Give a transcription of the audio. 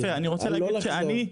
לא לחזור.